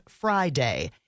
Friday